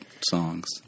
songs